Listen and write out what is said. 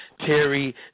Terry